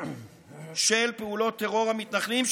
של פעולות טרור המתנחלים,